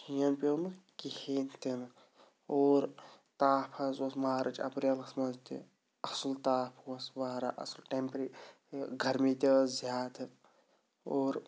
شیٖن پیوٚ نہٕ کِہینۍ تہِ نہٕ اور تاپھ حظ اوس مارٕچ اپریلَس منٛز تہِ اَصٕل تاپھ اوس واریاہ اَصٕل ٹٮ۪مپرٛے یہِ گرمی تہِ ٲس زیادٕ اور